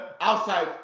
outside